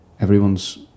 everyone's